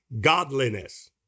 Godliness